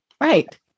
Right